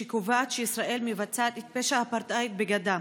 שקובעת שישראל מבצעת פשע אפרטהייד בגדה: